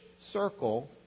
circle